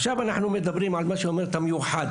אנחנו מדברים על המיוחד.